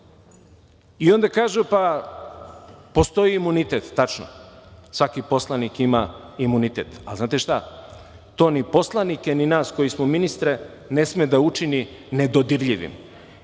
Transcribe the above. I onda kažu, postoji imunitet. Tačno je, svaki poslanik ima imunitet. Znate šta, to ni poslanike ni nas koji smo ministre ne sme da učini nedodirljivim,